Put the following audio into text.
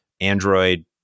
Android